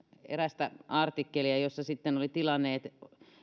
erästä artikkelia jossa sitten oli tilanne että